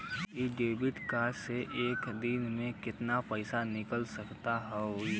इ debit card से एक दिन मे कितना पैसा निकाल सकत हई?